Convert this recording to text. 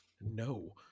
no